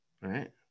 right